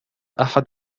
أحد